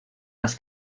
las